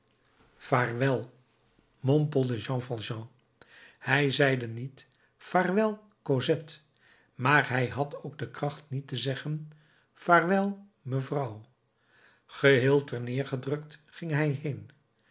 vaarwel mompelde jean valjean hij zeide niet vaarwel cosette maar hij had ook de kracht niet te zeggen vaarwel mevrouw geheel terneergedrukt ging hij heen